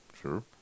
Sure